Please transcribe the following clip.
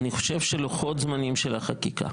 אני חושב שלוחות זמנים של החקיקה,